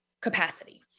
capacity